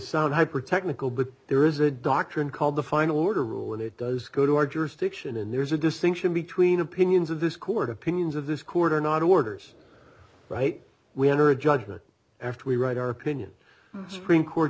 sound hypertechnical but there is a doctrine called the final order rule and it does go to our jurisdiction and there's a distinction between opinions of this court opinions of this quarter not orders right we are a judgment after we write our opinion supreme court